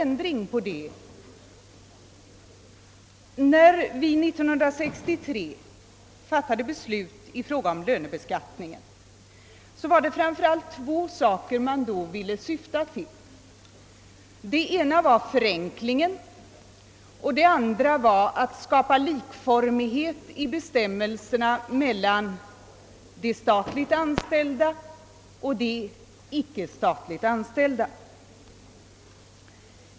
När vi 1963 fattade beslut i fråga om lönebeskattningen var det framför allt två ting vi syftade till. Det ena var att genomföra en förenkling och det andra var att skapa likformighet i bestämmelserna mellan de statligt anställda och de icke statligt anställda.